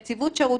לנציב.